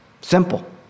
Simple